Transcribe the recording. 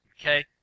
Okay